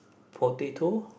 potato